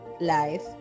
life